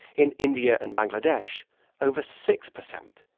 in india and bangladesh over six percent.